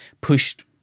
pushed